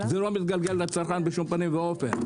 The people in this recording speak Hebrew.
זה לא מתגלגל לצרכן בשום פנים ואופן.